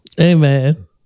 Amen